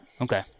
Okay